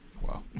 Wow